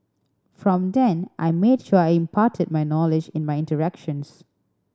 from then I made sure I imparted my knowledge in my interactions